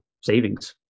savings